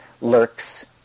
lurks